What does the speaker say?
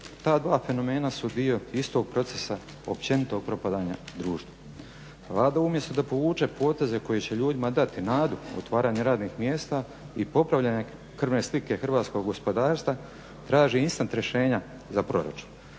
Ta dva fenomena su dio istog procesa općenito propadanja društva. Vlada umjesto da povuče poteze koji će ljudima dati nadu u otvaranje radnih mjesta i popravljanje krvne slike hrvatskog gospodarstva, traži instant rješenja za proračun.